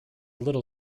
little